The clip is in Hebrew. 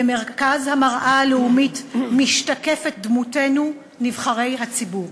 במרכז המראה הלאומית משתקפת דמותנו, נבחרי הציבור.